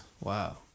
Wow